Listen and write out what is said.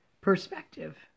perspective